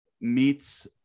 meets